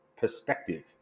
perspective